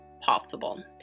possible